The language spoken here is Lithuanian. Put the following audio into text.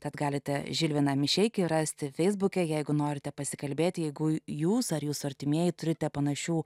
tad galite žilviną mišeikį rasti feisbuke jeigu norite pasikalbėti jeigu jūs ar jūsų artimieji turite panašių